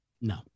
No